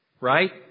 right